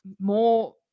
more